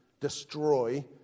Destroy